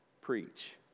preach